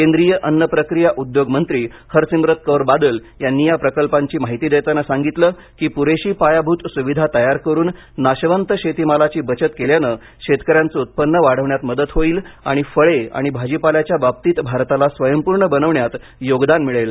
केंद्रीय अन्न प्रक्रिया उद्योग मंत्री हरसिमरत कौर बादल यांनी या प्रकल्पांची माहिती देताना सांगितलं की पुरेशी पायाभूत सुविधा तयार करुन नाशवंत शेती मालाची बचत केल्याने शेतकऱ्यांचं उत्पन्न वाढवण्यात मदत होईल आणि फळे आणि भाजीपाल्याच्या बाबतीत भारताला स्वयंपूर्ण बनविण्यात योगदान मिळेल